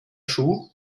schuh